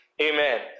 Amen